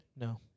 No